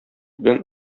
белән